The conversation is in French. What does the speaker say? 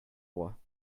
roi